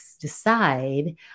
decide